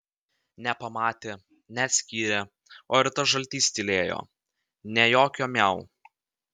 nepamatė neatskyrė o ir tas žaltys tylėjo nė jokio miau